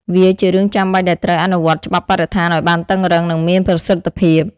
វាជារឿងចាំបាច់ដែលត្រូវ អនុវត្តច្បាប់បរិស្ថានឲ្យបានតឹងរ៉ឹង និងមានប្រសិទ្ធភាព។